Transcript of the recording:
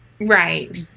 Right